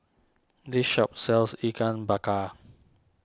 this shop sells Ikan Bakar